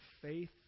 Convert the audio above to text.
faith